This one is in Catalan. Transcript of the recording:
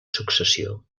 successió